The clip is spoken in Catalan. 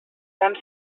tan